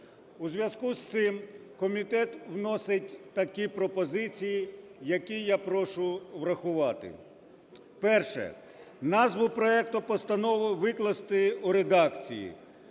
У зв'язку із цим комітет вносить такі пропозиції, які я прошу врахувати. Перше. Назву проекту Постанови викласти у редакції: